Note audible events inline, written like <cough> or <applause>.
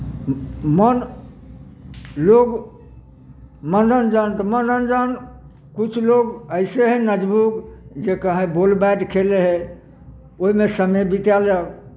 मन लोक मनोरञ्जन तऽ मनोरञ्जन किछु लोक ऐसे हइ <unintelligible> जे कहै बॉल बी बैट खेलै हइ ओहिमे समय बितेलक